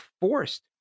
forced